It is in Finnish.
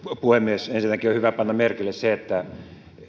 puhemies ensinnäkin on hyvä panna merkille se että